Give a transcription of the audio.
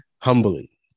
Humbly